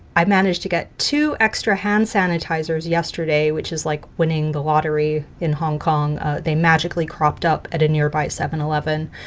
i managed to get two extra hand sanitizers yesterday, which is like winning the lottery in hong kong. they magically cropped up at a nearby seven eleven,